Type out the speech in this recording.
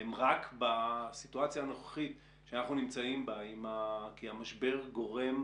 בסיטואציה הנוכחית שאנחנו נמצאים בה המשבר גורם,